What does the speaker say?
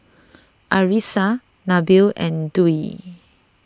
Arissa Nabil and Dwi